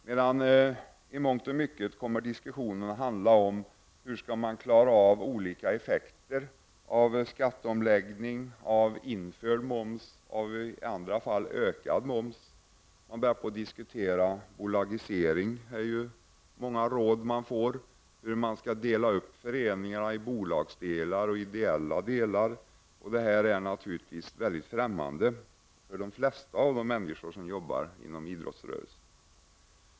Men i mångt och mycket kommer diskussionerna att handla om hur man skall klara effekterna av skatteomläggningen, av nyinförd moms och, i andra fall, av en ökad moms. Man börjar diskutera bolagisering, och där är det många råd som man får. Det diskuteras att dela upp föreningarna i bolagsdelar och ideella delar. Detta är naturligtvis väldigt främmande för de flesta av de människor som jobbar inom idrottsrörelsen.